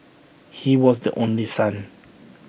he was the only son